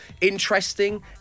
interesting